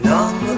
Long